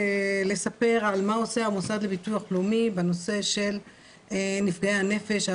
לספר על מה עושה המוסד לביטוח לאומי בנושא של נפגעי הנפש,